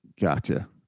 Gotcha